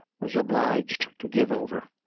was obliged to give over,